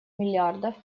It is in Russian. миллиардов